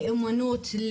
אומנות,